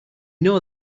know